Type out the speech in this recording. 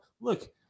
look